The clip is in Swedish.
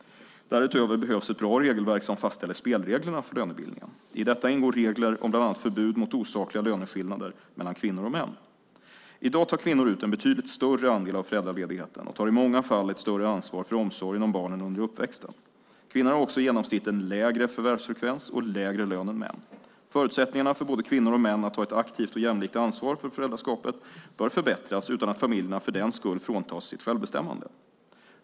Därutöver behövs ett bra regelverk som fastställer spelreglerna för lönebildningen. I detta ingår regler om bland annat förbud mot osakliga löneskillnader mellan kvinnor och män. I dag tar kvinnor ut en betydligt större andel av föräldraledigheten och tar i många fall ett större ansvar för omsorgen om barnen under uppväxten. Kvinnor har också i genomsnitt en lägre förvärvsfrekvens och lägre lön än män. Förutsättningarna för både kvinnor och män att ta ett aktivt och jämlikt ansvar för föräldraskapet bör förbättras utan att familjerna för den skull fråntas sitt självbestämmande.